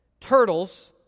turtles